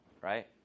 right